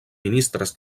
ministres